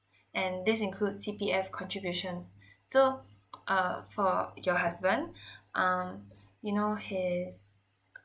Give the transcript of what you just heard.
and this includes C_P_F contributions so err for your husband um you know his